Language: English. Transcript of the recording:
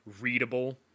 readable